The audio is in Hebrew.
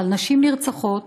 אבל נשים נרצחות.